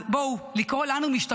אז בואו, לקרוא לנו משתמטים?